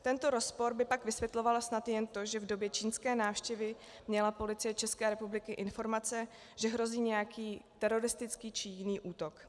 Tento rozpor by pak vysvětlovalo snad jen to, že v době čínské návštěvy měla Policie České republiky informace, že hrozí nějaký teroristický či jiný útok.